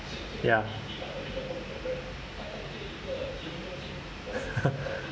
ya